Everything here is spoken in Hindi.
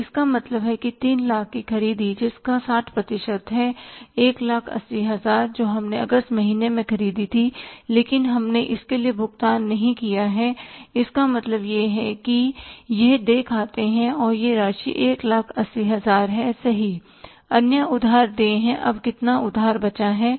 तो इसका मतलब है कि 300000 की खरीदी जिसका 60 प्रतिशत है 180000 जो हमने अगस्त महीने में खरीदी थी लेकिन हमने इसके लिए भुगतान नहीं किया है इसका मतलब यह है कि यह देय खाते है और यह राशि 180000 है सही अन्य उधार देय हैं अब कितना उधार बचा है